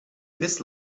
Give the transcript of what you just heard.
this